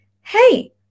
hey